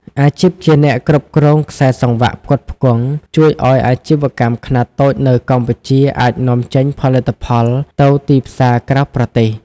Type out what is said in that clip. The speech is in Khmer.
អាជីពជាអ្នកគ្រប់គ្រងខ្សែសង្វាក់ផ្គត់ផ្គង់ ជួយឱ្យអាជីវកម្មខ្នាតតូចនៅកម្ពុជាអាចនាំចេញផលិតផលទៅទីផ្សារក្រៅប្រទេស។